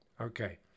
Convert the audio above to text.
Okay